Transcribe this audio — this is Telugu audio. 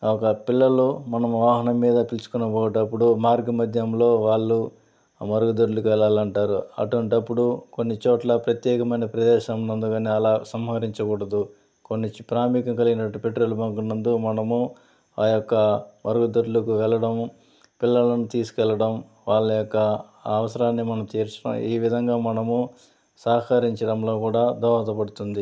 ఒక పిల్లలు మనము వాహనం మీద పిలుచుకొని పోయేటప్పుడు మార్గమధ్యంలో వాళ్ళు మరుగుదొడ్లకు వెళ్లాలంటారు అటువంటి అప్పుడు కొన్నిచోట్ల ప్రత్యేకమైన ప్రదేశం నందు కానీ అలా సంహరించకూడదు కొన్ని ప్రాముఖ్యం కలిగిన పెట్రోల్ బంకు నందు మనము ఆ యొక్క మరుగుదొడ్లకు వెళ్ళడం పిల్లలను తీసుకెళ్లడం వాళ్ళ యొక్కఅవసరాన్ని మనం తీర్చిన ఈ విధంగా మనము సహకరించడంలో కూడా దోహదపడుతుంది